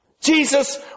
Jesus